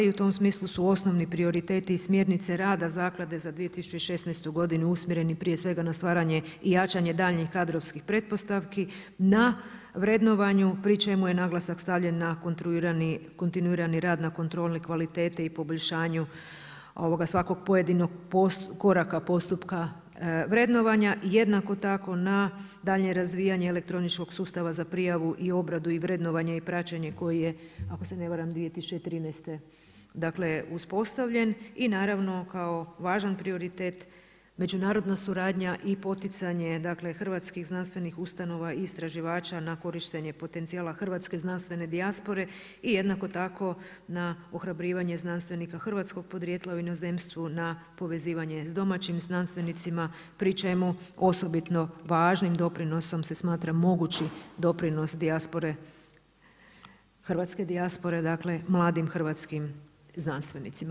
I u tom smislu su osnovni prioriteti i smjernice rada Zaklade za 2016. godinu usmjereni prije svega na stvaranje i jačanje daljnjih kadrovskih pretpostavki na vrednovanju pri čemu je naglasak stavljen na kontinuirani rad na kontrolu kvalitete i poboljšanju svakog pojedinog koraka postupka vrednovanja i jednako tako na daljnje razvijanje elektroničkog sustava za prijavu u obradu i vrednovanje i praćenje koje ako se ne varam 2013. uspostavljen, i naravno kao važan prioritet međunarodna suradnja i poticanje hrvatskih znanstvenih ustanova i istraživača na korištenje potencijala hrvatske znanstvene dijaspore i jednako tako, na ohrabrivanje znanstvenih hrvatskog podrijetla u inozemstvu na povezivanje sa domaćim znanstvenicima pri čemu osobito važnim doprinosom se smatram mogući doprinos hrvatske dijaspore, mladim hrvatskim znanstvenicima.